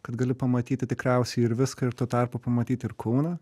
kad gali pamatyti tikriausiai ir viską ir tuo tarpu pamatyti ir kauną